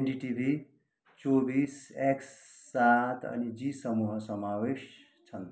NDTV चौबिस x सात अनि जी समूह समावेश छन्